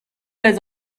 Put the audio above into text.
les